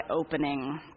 opening